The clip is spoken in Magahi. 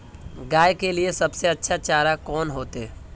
गाय के लिए सबसे अच्छा चारा कौन होते?